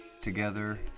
together